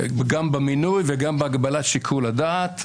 גם במינוי וגם בהגבלת שיקול הדעת,